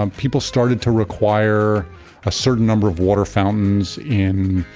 um people started to require a certain number of water fountains in,